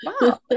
wow